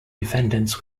defendants